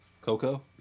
Coco